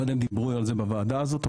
לא יודע אם דיברו על זה בוועדה הזאת,